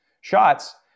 shots